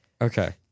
Okay